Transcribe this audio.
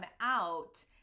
out